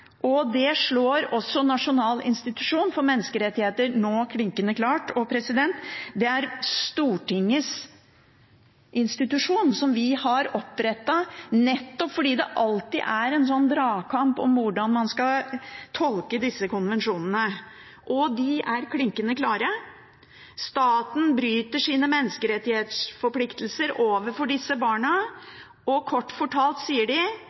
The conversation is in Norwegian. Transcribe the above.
og det slår også Nasjonal institusjon for menneskerettigheter nå klinkende klart fast. Det er Stortingets institusjon, som vi har opprettet nettopp fordi det alltid er en dragkamp om hvordan man skal tolke disse konvensjonene, og de er klinkende klare: Staten bryter sine menneskerettighetsforpliktelser overfor disse barna, og kort fortalt sier de: